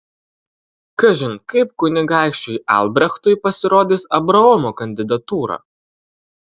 kažin kaip kunigaikščiui albrechtui pasirodys abraomo kandidatūra